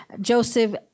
Joseph